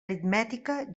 aritmètica